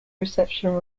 reception